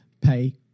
pay